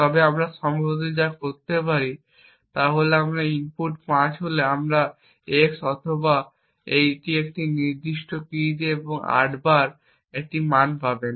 তবে আমরা সম্ভবত যা করতে পারি তা হল আপনার ইনপুট 5 হলে আপনি EX অথবা এটি একটি নির্দিষ্ট কী দিয়ে এবং 8 এর একটি মান পাবেন